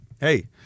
hey